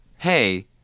Hey